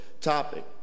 topic